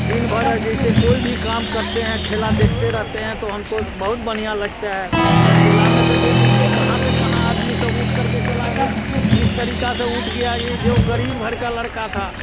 दिन भर जैसे कोई भी काम करते हैं खेल देखते रहते हैं तो हम को बहुत बढ़िया लगता हैं खेल में तो देख लीजिए कहाँ से कहाँ आदमी सब उठ कर के चला गया इस तरीक़े से उठ गया ये जो ग़रीब घर का लड़का था